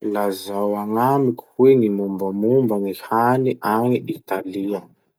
Lazao agnamiko hoe gny mombamomba gny hany agny Italia?